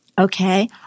okay